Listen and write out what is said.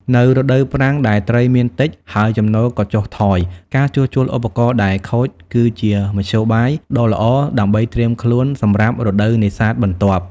នៅរដូវប្រាំងដែលត្រីមានតិច ហើយចំណូលក៏ចុះថយ ការជួសជុលឧបករណ៍ដែលខូចគឺជាមធ្យោបាយដ៏ល្អដើម្បីត្រៀមខ្លួនសម្រាប់រដូវនេសាទបន្ទាប់។